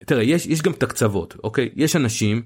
תראה, יש גם את הקצוות, אוקיי? יש אנשים...